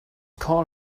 call